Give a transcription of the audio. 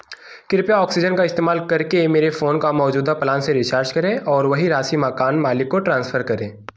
कृपया ऑक्सीजन का इस्तेमाल करके मेरे फ़ोन का मौजूदा प्लान से रिचार्ज करें और वही राशि मकान मालिक को ट्रांसफर करें